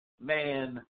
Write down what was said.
man